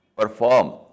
perform